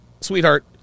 sweetheart